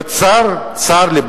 וצר לי,